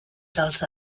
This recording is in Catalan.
dels